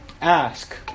Ask